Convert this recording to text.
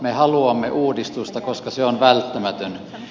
me haluamme uudistusta koska se on välttämätön